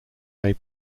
may